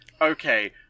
okay